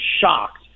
shocked